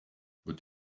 would